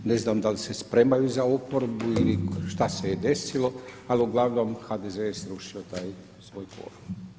Ne znam da li se spremaju za oporbu i šta se je desilo, ali uglavnom HDZ je srušio taj svoj kvorum.